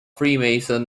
freemason